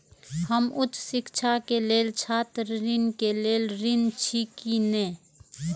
हम उच्च शिक्षा के लेल छात्र ऋण के लेल ऋण छी की ने?